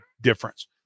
difference